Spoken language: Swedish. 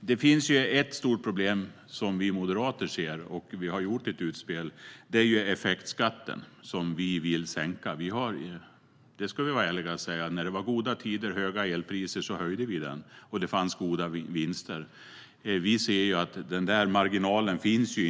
Det finns ett stort problem som vi moderater ser, och där har vi gjort ett utspel. Det gäller effektskatten, som vi vill sänka. Vi ska vara ärliga och säga att när det var goda tider och höga elpriser höjde vi den. Då fanns det goda vinster. Vi ser att denna marginal inte finns nu.